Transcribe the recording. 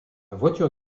voiture